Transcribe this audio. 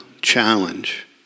challenge